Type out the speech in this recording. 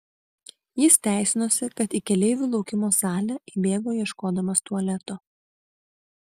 jis teisinosi kad į keleivių laukimo salę įbėgo ieškodamas tualeto